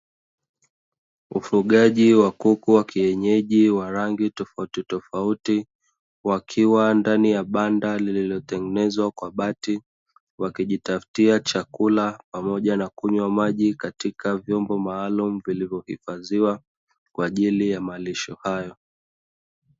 Ufugaji wa kuku wa kienyeji wa rangi tofauti tofauti wakiwa ndani ya banda lililotengenezwa kwa bati, wakijitafutia chakula pamoja na kunywa maji katika vyombo maalumu vilivyohifadhiwa kwa ajili ya malisho hayo.